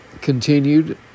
continued